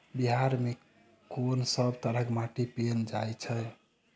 बिहार मे कऽ सब तरहक माटि पैल जाय छै?